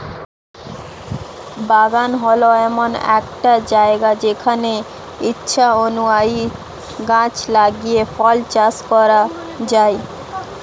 বাগান হল এমন একটা জায়গা যেখানে ইচ্ছা অনুযায়ী গাছ লাগিয়ে ফল চাষ করা যায়